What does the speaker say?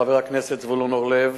חבר הכנסת זבולון אורלב